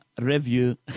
review